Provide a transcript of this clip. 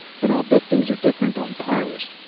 but i'll bet things are different on pyrrus.